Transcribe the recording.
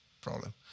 problem